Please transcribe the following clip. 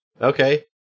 Okay